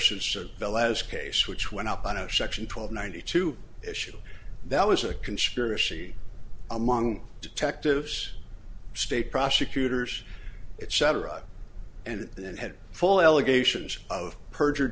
or the last case which went up on a shocking twelve ninety two issue that was a conspiracy among detectives state prosecutors it cetera and then had full allegations of perjured